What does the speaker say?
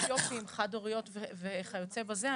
אתיופים, חד הוריות וכיוצא בזה.